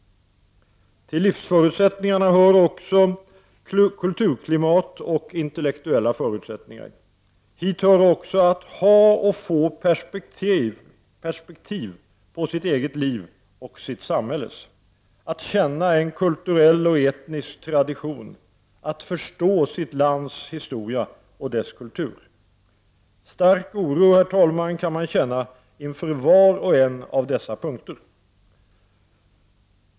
Till livsförutsättningarna hör också kulturklimat och intellektuella förutsättningar. Hit hör också att ha och få perspektiv på sitt eget liv och på sitt samhälle, att känna en kulturell och etnisk tradition och att förstå sitt lands historia och dess kultur. Man kan, herr talman, känna stark oro inför var och en av dessa punkter.